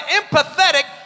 empathetic